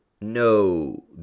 No